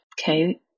okay